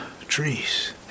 trees